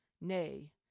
Nay